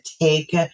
take